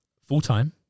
full-time